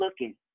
looking